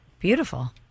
Beautiful